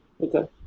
Okay